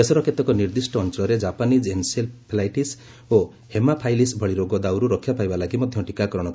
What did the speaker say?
ଦେଶର କେତେକ ନିର୍ଦ୍ଦିଷ୍ଟ ଅଞ୍ଚଳରେ କାପାନିଜ୍ ଏନ୍ସେଫାଲାଇଟିସ୍ ଓ ହେମୋଫାଇଲସ୍ ଭଳି ରୋଗ ଦାଉରୁ ରକ୍ଷା ପାଇବା ଲାଗି ମଧ୍ୟ ଟୀକାକରଣ କରାଯିବ